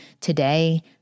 today